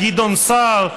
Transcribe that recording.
גדעון סער,